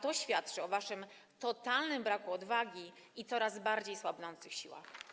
To świadczy o waszym totalnym braku odwagi i coraz bardziej słabnących siłach.